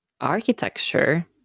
Architecture